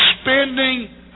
spending